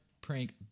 prank